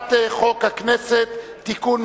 הצעת חוק הכנסת (תיקון,